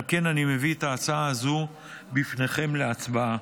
על כן אני מביא את ההצעה הזו בפניכם להצבעה.